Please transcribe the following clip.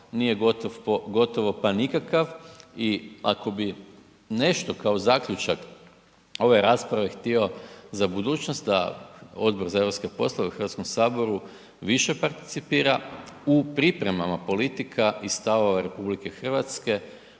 nije gotovo pa nikakav i ako bi nešto kao zaključak ove rasprave htio za budućnosti, a Odbor za europske poslove u Hrvatskom saboru više participira u pripremama politika i stavova RH u odnosu